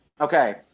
Okay